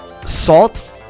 Salt